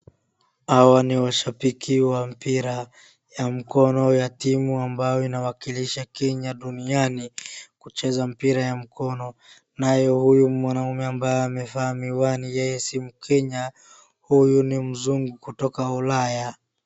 Hawa ni washapiki wa mpira ya mkono ya timu ambayo inawakilisha Kenya duniani, kucheza mpira ya mkono. Nayo huyu mwanaume ambaye amefaa miwani yeye si mkenya huyu ni mzungu kutoka Ulaya.